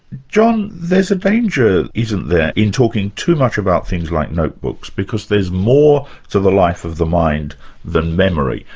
john, there's a danger, isn't there, in talking too much about things like notebooks, because there's more to the life of the mind than memory.